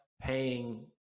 paying